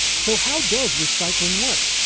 so how does recycling work?